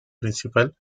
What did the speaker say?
principal